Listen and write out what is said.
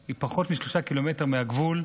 היא פחות מ-3 קילומטרים מהגבול,